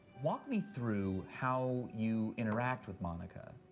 walk me through how you interact with monica.